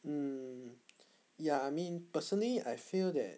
hmm ya I mean personally I feel that